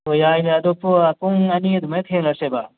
ꯌꯥꯏꯅꯦ ꯑꯗꯣ ꯄꯨꯡ ꯄꯨꯡ ꯑꯅꯤ ꯑꯗꯨꯃꯥꯏꯅ ꯊꯦꯡꯅꯁꯦꯕꯥ